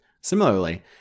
Similarly